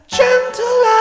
gentle